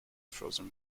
frozen